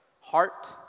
Heart